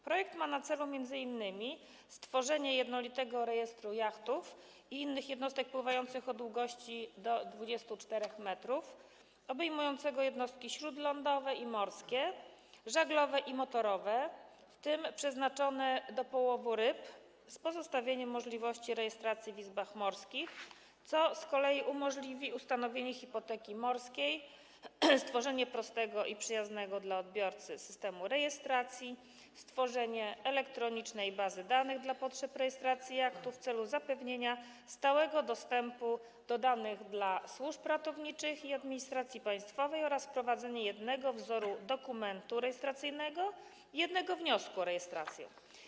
Projekt ma na celu m.in. stworzenie jednolitego rejestru jachtów i innych jednostek pływających o długości do 24 m obejmującego jednostki śródlądowe i morskie, żaglowe i motorowe, w tym przeznaczone do połowu ryb, z pozostawieniem możliwości rejestracji w izbach morskich, co z kolei umożliwi ustanowienie hipoteki morskiej, stworzenie prostego i przyjaznego dla odbiorcy systemu rejestracji, stworzenie elektronicznej bazy danych dla potrzeb rejestracji jachtu w celu zapewnienia stałego dostępu do danych dla służb ratowniczych i administracji państwowej oraz wprowadzenie jednego wzoru dokumentu rejestracyjnego i jednego wniosku o rejestrację.